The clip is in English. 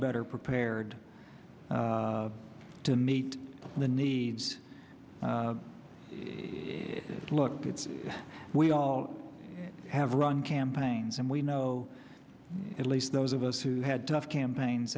better prepared to meet the needs it's look it's we all have run campaigns and we know at least those of us who had tough campaigns